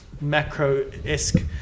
macro-esque